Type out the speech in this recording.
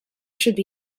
should